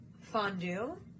fondue